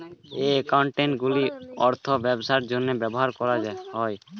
এই অ্যাকাউন্টগুলির অর্থ ব্যবসার জন্য ব্যবহার করা হয়